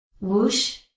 Whoosh